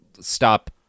stop